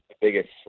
biggest